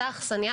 אותה אכסניה,